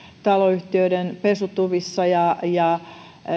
taloyhtiöiden pesutuvissa ja ja